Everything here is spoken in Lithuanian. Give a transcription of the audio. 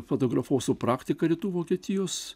fotografuosiu praktiką rytų vokietijos